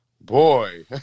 boy